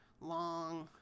long